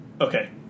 Okay